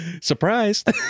Surprised